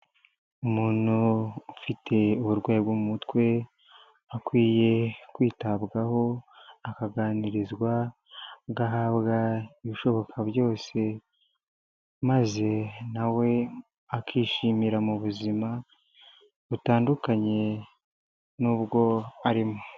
Umuntu ufite uburwayi bwo mu mutwe, akwiye kwitabwaho akaganirizwa agahabwa ibishoboka byose maze nawe akishimira mu buzima butandukanye n'ubwo arimo.